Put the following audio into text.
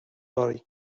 body